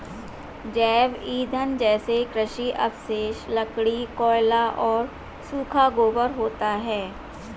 जैव ईंधन जैसे कृषि अवशेष, लकड़ी, कोयला और सूखा गोबर होता है